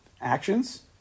Actions